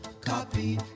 Copy